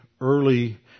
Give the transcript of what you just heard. early